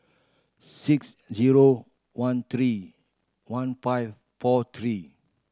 six zero one three one five four three